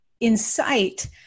incite